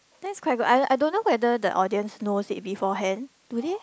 that's quite good I I don't know whether the audience knows it before hand do they